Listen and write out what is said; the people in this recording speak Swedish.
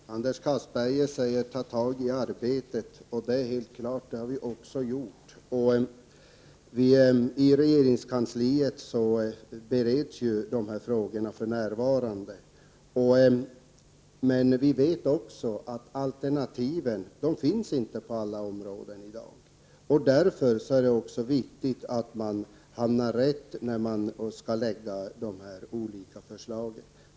Fru talman! Anders Castberger säger: Ta tag i detta! Men det är ju vad vi har gjort. I regeringskansliet bereds dessa frågor för närvarande. Samtidigt måste vi ha i åtanke att det i dag inte finns alternativ på alla områden. Därför är det så viktigt att de rätta förslagen läggs fram.